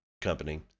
company